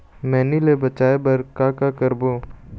मैनी ले बचाए बर का का करबो?